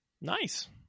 Nice